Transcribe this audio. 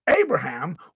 Abraham